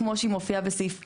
כמו שהיא מופיעה בסעיף 14ז,